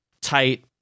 tight